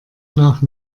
nach